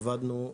עבדנו,